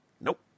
Nope